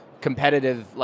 competitive